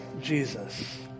Jesus